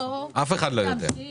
אף אחד לא יודע.